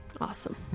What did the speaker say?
awesome